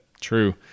True